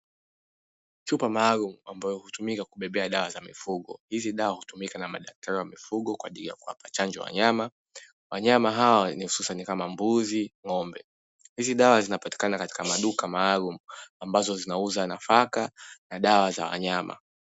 Chupa maalumu ambayo hutumika kubebea dawa za mifugo, hizi dawa hutumika na madaktari wa mifungo kwa ajili ya kuwapa chanjo wanyama, wanyama hawa ni hususani kama mbuzi, ng'ombe. Hizi dawa zinapatikana katika maduka maalumu ambazo zinauza nafaka na dawa za wanyama.